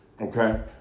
Okay